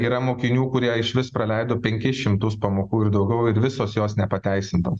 yra mokinių kurie išvis praleido penkis šimtus pamokų ir daugiau ir visos jos nepateisintos